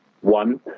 one